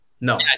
No